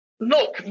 Look